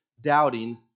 Doubting